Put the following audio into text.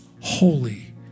holy